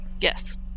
Yes